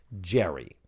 Jerry